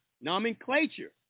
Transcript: Nomenclature